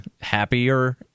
happier